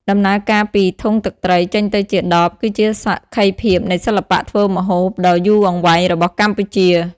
ដំណើរការពី ធុងទឹកត្រី ចេញទៅជា ដប គឺជាសក្ខីភាពនៃសិល្បៈធ្វើម្ហូបដ៏យូរអង្វែងរបស់កម្ពុជា។